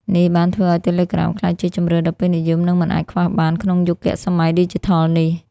នេះបានធ្វើឲ្យ Telegram ក្លាយជាជម្រើសដ៏ពេញនិយម និងមិនអាចខ្វះបានក្នុងយុគសម័យឌីជីថលនេះ។